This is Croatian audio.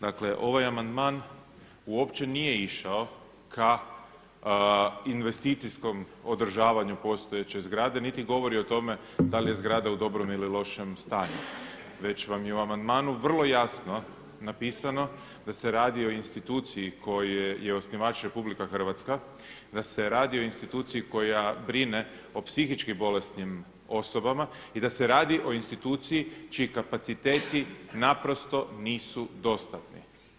Dakle, ovaj amandman uopće nije išao ka investicijskom održavanju postojeće zgrade niti govori o tome da li je zgrada u dobrom ili lošem stanju već vam je u amandmanu vrlo jasno napisano da se radi o instituciji kojoj je osnivač Republika Hrvatska, da se radi o instituciji koja brine o psihički bolesnim osobama i da se radi o instituciji čiji kapaciteti naprosto nisu dostatni.